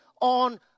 on